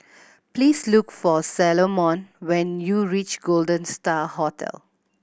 please look for Salomon when you reach Golden Star Hotel